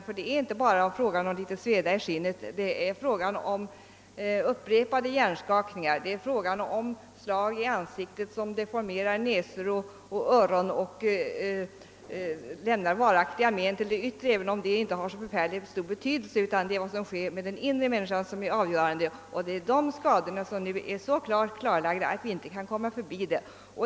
Det är för övrigt inte bara fråga om litet sveda i skinnet; det är fråga om upprepade hjärnskakningar och om slag i ansiktet som deformerar näsa och öron och som lämnar varaktiga yttre men. Detta har kanske inte heller så stor betydelse, utan det avgörande är vad som sker med den inre människan. Dessa skador är nu så klart bevisade, att vi inte kan gå förbi dem.